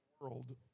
world